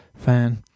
Fan